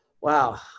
wow